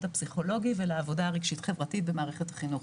הפסיכולוגי ולעבודה הרגשית-חברתית במערכת החינוך.